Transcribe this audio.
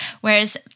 whereas